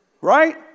Right